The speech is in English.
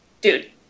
dude